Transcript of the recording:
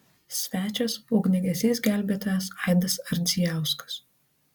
svečias ugniagesys gelbėtojas aidas ardzijauskas